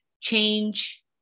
change